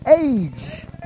age